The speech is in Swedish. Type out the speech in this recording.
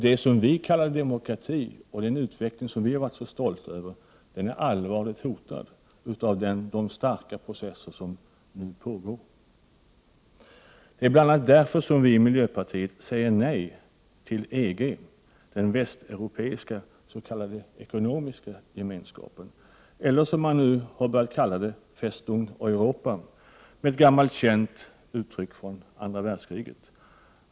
Det som vi kallar demokrati och den utveckling som vi har varit så stolta över är allvarligt hotade av de starka processer som nu pågår. Det är bl.a. därför som vi i miljöpartiet säger nej till EG, den Västeuropeiska s.k. ekonomiska gemenskapen — eller som man nu har börjat kalla den med ett känt uttryck från andra världskriget: ”Festung Europa”.